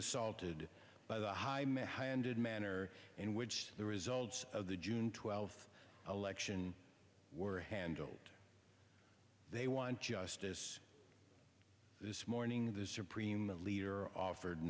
assaulted by the high men handed manner in which the results of the june twelfth election were handled they want justice this morning the supreme leader offered